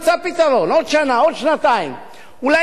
אולי נצטרך בסוף להלבין את כל מי שנמצא כאן,